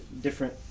different